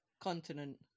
continent